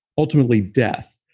ultimately death.